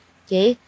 okay